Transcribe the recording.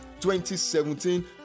2017